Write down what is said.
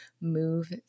move